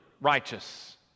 righteous